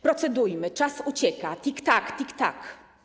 Procedujmy, czas ucieka, tik-tak, tik-tak.